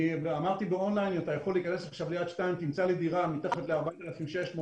אמרתי שאתה יכול להיכנס עכשיו ליד-2 ותמצא דירה מתחת ל-4,700-4,600.